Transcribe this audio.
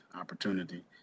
opportunity